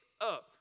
up